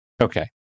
Okay